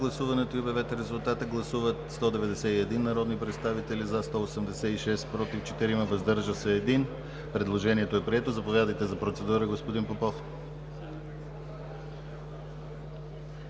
гласувайте. Гласували 191 народни представители: за 186, против 4, въздържал се 1. Предложението е прието. Заповядайте за процедура, господин Попов.